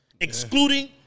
Excluding